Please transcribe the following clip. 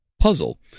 puzzle